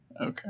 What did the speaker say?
Okay